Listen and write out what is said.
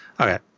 Okay